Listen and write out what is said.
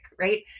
right